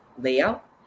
layout